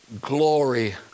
glory